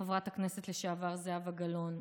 חברת הכנסת לשעבר זהבה גלאון,